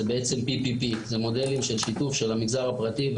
זה בעצם PPP. זה מודלים של שיתוף של המגזר הפרטי,